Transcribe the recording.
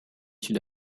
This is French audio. sud